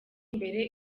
imbere